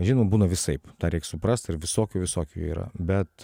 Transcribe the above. žinoma būna visaip tą reik suprast ir visokių visokių yra bet